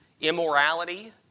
immorality